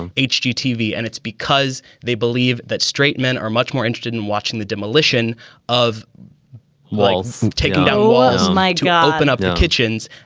hgtv. and it's because they believe that straight men are much more interested in watching the demolition of walls. take so was my job open up new kitchens.